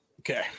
Okay